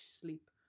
sleep